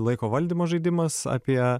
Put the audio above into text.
laiko valdymo žaidimas apie